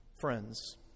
Friends